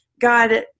God